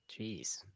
Jeez